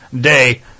day